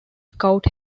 scout